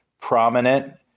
prominent